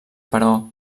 però